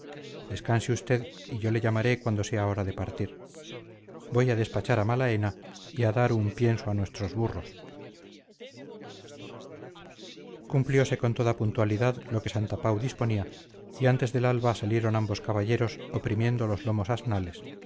descanse usted y yo le llamaré cuando sea hora de partir voy a despachar a malaena y a dar un pienso a nuestros burros cumpliose con toda puntualidad lo que santapau disponía y antes del alba salieron ambos caballeros oprimiendo los lomos asnales